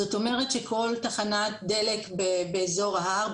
זאת אומרת שכל תחנת דלק באזור ההר,